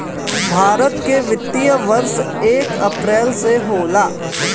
भारत के वित्तीय वर्ष एक अप्रैल से होला